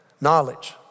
knowledge